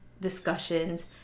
discussions